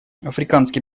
африканский